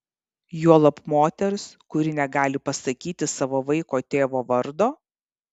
juolab moters kuri negali pasakyti savo vaiko tėvo vardo